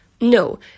No